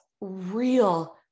real